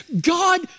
God